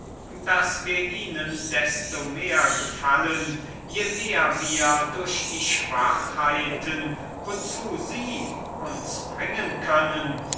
daß wir ihnen desto lieber sind je besser wir durch die schwachheiten wozu sie uns bringen können